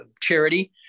Charity